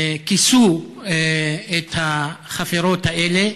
כיסו את החפירות האלה